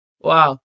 Wow